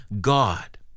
God